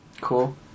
Cool